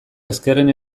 ezkerren